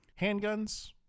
handguns